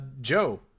Joe